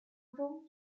当中